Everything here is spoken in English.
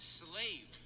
slave